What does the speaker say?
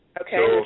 Okay